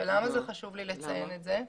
ולמה חשוב לי לציין את זה?